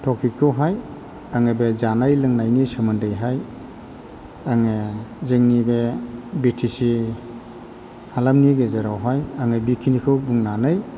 टपिकखौहाय आङो बे जानाय लोंनायनि सोमोन्दैहाय आङो जोंनि बे बिटिचि हालामनि गेजेरावहाय आङो बेखिनिखौ बुंनानै